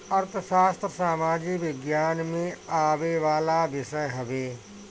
अर्थशास्त्र सामाजिक विज्ञान में आवेवाला विषय हवे